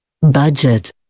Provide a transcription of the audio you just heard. budget